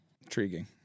Intriguing